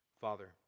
Father